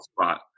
spot